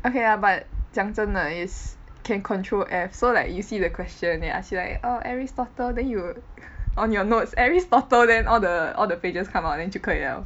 okay lah but 讲真的 is can control F so like you see the question they ask you like oh Aristotle then you on your notes Aristotle then all the all the pages come out then 就可以 liao